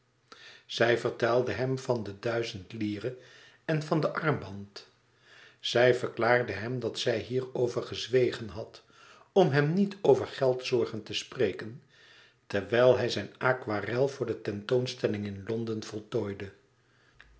zij vertelde hem van de duizend lire en van den armband zij verklaarde hem dat zij hierover gezwegen had om hem niet over geldzorgen te spreken terwijl hij zijn aquarel voor de tentoonstelling in londen